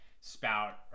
spout